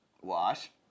Wash